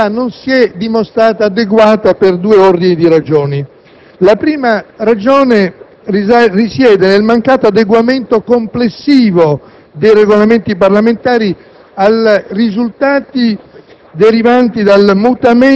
Quella scelta, in realtà, non si è dimostrata adeguata per due ordini di ragioni. La prima ragione risiede nel mancato adeguamento complessivo dei Regolamenti parlamentari ai risultati